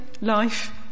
life